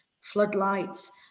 floodlights